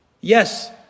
Yes